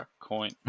Coin